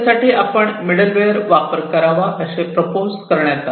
त्यासाठी आपण मिडलवेअर वापर करावा असे प्रपोज करण्यात आले